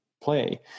play